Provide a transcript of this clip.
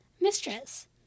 mistress